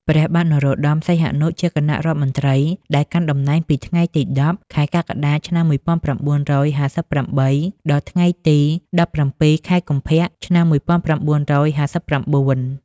ព្រះបាទនរោត្តម សីហនុ ជាគណៈរដ្ឋមន្ត្រីដែលកាន់តំណែងពីថ្ងៃទី ១០ ខែកក្កដា ឆ្នាំ១៩៥៨ ដល់ថ្ងៃទី ១៧ ខែកុម្ភៈ ឆ្នាំ១៩៥៩។